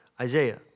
Isaiah